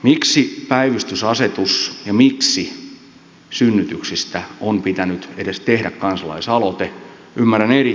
miksi päivystysasetus ja miksi synnytyksistä on pitänyt edes tehdä kansalais aloite